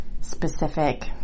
specific